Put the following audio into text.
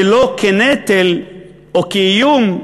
ולא כנטל או כאיום,